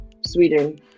Sweden